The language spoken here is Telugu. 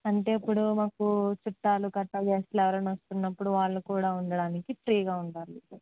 అంటే ఇప్పుడు మాకు చుట్టాలు గట్ట గెస్ట్లు ఎవరన్నా వస్తునప్పుడు వాళ్ళు కూడా ఉండడానికి ఫ్రీగా ఉండాలి